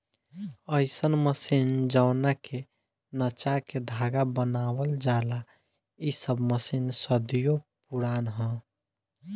अईसन मशीन जवना के नचा के धागा बनावल जाला इ सब मशीन सदियों पुराना ह